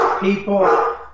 people